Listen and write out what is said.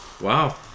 wow